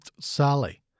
Sally